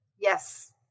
Yes